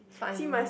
fine